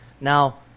Now